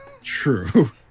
True